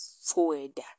food